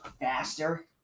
faster